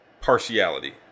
partiality